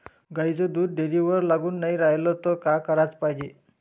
गाईचं दूध डेअरीवर लागून नाई रायलं त का कराच पायजे?